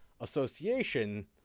association